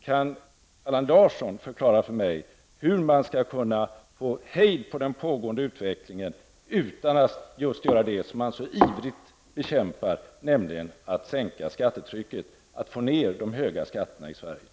Kan Allan Larsson förklara för mig hur man skall kunna få hejd på den pågående utvecklingen utan att göra det som Allan Larsson så ivrigt bekämpar, nämligen att sänka skattetrycket, att få ned de höga skatterna i Sverige?